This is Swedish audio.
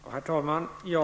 Herr talman!